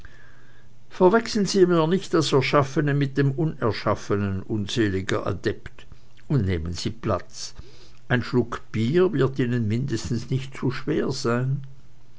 verwechseln sie mir nicht das erschaffene mit dem unerschaffenen unseliger adept und nehmen sie platz ein schluck bier wird ihnen mindestens nicht zu schwer sein